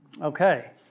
Okay